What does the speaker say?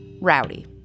rowdy